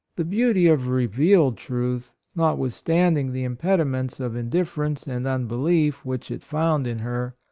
the beauty of revealed truth, notwithstanding the impediments of indifference and unbelief which it found in her,